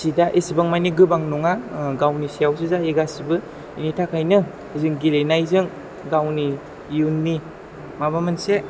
seat आ एसेबां मानि गोबां नङा गावनि सायावसो जायो गासैबो बेनि थाखायनो जों गेलेनायजों गावनि इयुननि माबा मोनसे